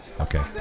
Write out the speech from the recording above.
okay